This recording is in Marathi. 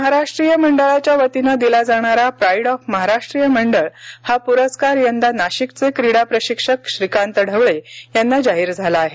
महाराष्ट्रीय मंडळाच्या वतीनं दिला जाणारा प्राईड ऑफ महाराष्ट्रीय मंडळ हा पुरस्कार यंदा नाशिकचे क्रीडा प्रशिक्षक श्रीकांत ढवळे यांना जाहीर झाला आहे